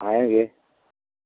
आएंगे